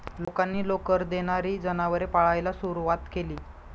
लोकांनी लोकर देणारी जनावरे पाळायला सुरवात केली